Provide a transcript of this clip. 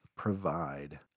Provide